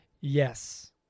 Yes